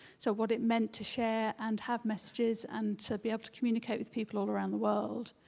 so what it meant to share and have messages and to be able to communicate with people all around the world.